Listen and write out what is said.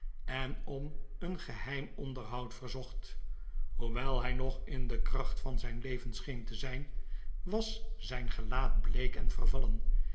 en om een geheim onderho ud verzocht hoewel hij nog in de kracht van zijn leven scheen te zijn was zijn gelaat bleek en vervallen